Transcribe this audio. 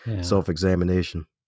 self-examination